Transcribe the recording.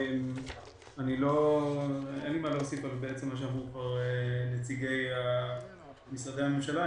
אין לי מה להוסיף על מה שאמרו נציגי משרדי הממשלה.